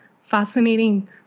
fascinating